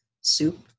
soup